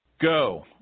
Go